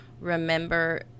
remember